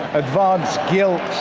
advanced guilt,